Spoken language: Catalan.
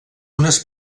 unes